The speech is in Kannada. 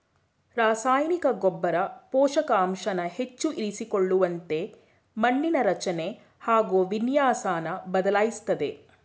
ರಸಾಯನಿಕ ಗೊಬ್ಬರ ಪೋಷಕಾಂಶನ ಹೆಚ್ಚು ಇರಿಸಿಕೊಳ್ಳುವಂತೆ ಮಣ್ಣಿನ ರಚನೆ ಹಾಗು ವಿನ್ಯಾಸನ ಬದಲಾಯಿಸ್ತದೆ